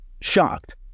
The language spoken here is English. shocked